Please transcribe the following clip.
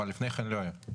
כלומר לפני כן לא היה?